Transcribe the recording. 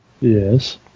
Yes